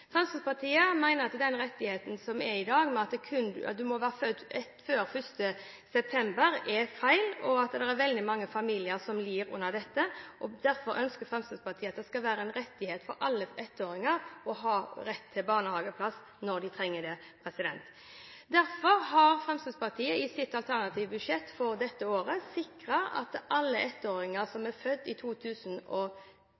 Fremskrittspartiet mener at den rettigheten som er i dag, ved at man må være født før 1. september, er feil, og at det er veldig mange familier som lider under dette. Derfor ønsker Fremskrittspartiet at det skal være en rettighet for alle ettåringer å få barnehageplass når de trenger det. Derfor har Fremskrittspartiet i sitt alternative budsjett for dette året sikret at alle ettåringer som